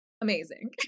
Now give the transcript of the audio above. Amazing